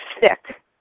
sick